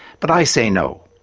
but i say no.